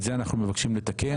את זה אנחנו מבקשים לתקן.